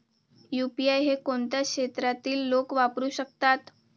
UPI हे कोणत्या क्षेत्रातील लोक वापरू शकतात?